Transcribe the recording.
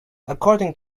according